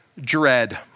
dread